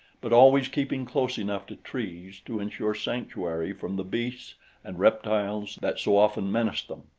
but always keeping close enough to trees to insure sanctuary from the beasts and reptiles that so often menaced them.